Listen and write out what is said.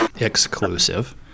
exclusive